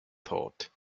thought